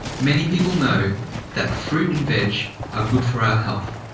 many people know that fruit and veg are good for our health.